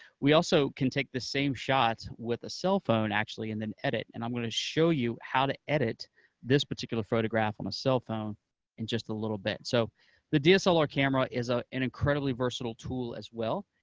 we also can take this same shot with a cellphone, actually, and then edit, and i'm going to show you how to edit this particular photograph on a cellphone in just a little bit. so the dslr camera is ah an incredibly versatile tool as well.